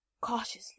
Cautiously